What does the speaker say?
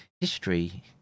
history